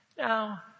Now